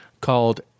called